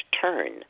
turn